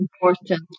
important